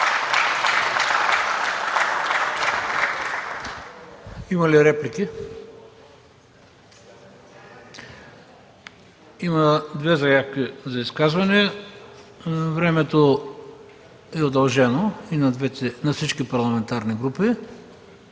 Има ли реплики? Има две заявки за изказване. Времето на всички парламентарни групи